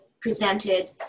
presented